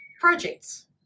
projects